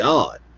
God